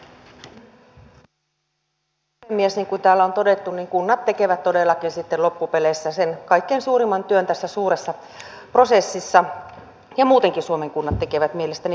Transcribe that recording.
niin kuin täällä on todettu kunnat tekevät todellakin sitten loppupeleissä sen kaikkein suurimman työn tässä suuressa prosessissa ja muutenkin suomen kunnat tekevät mielestäni hyvää työtä